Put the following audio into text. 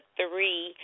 three